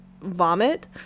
vomit